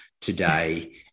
today